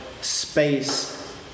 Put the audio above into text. space